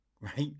right